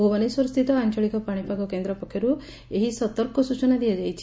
ଭୁବନେଶ୍ୱରସ୍ଥିତ ଆଞ୍ଚଳିକ ପାଶିପାଗ କେନ୍ଦ୍ ପକ୍ଷରୁ ଏହି ସତର୍କ ସୂଚନା ଦିଆଯାଇଛି